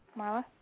Marla